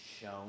shown